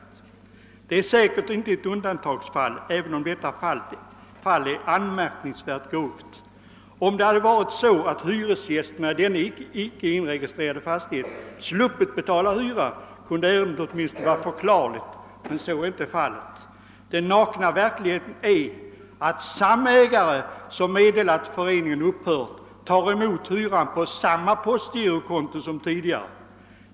Detta exempel är säkert inte något undantagsfall även om det är anmärkningsvärt grovt. Om hyresgästerna i denna icke inregistrerade fastighet sluppit betala hyra hade ärendet åtminstone varit förklarligt, men så är inte fallet. Den nakna verkligheten är den att samma ägare som meddelat att föreningen upphört tar emot hyran på samma postgirokonto som tidigare.